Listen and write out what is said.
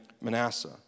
Manasseh